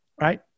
right